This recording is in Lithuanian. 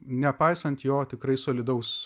nepaisant jo tikrai solidaus